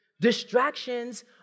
Distractions